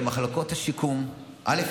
שיגיעו למחלקות השיקום, א.